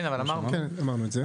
כן, אבל אמרנו את זה.